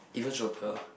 even shorter